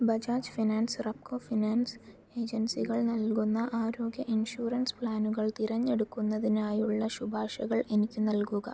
Bajaj finance Repco finance ഏജൻസികൾ നൽകുന്ന ആരോഗ്യ ഇൻഷുറൻസ് പ്ലാനുകൾ തിരഞ്ഞെടുക്കുന്നതിനായുള്ള ശുപാർശകൾ എനിക്ക് നൽകുക